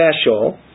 special